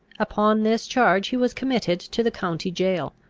upon this charge he was committed to the county jail,